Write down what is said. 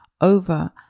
over